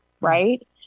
right